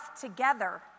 together